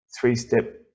three-step